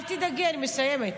אל תדאגי, אני מסיימת.